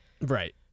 Right